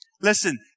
Listen